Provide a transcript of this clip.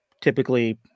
typically